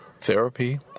therapy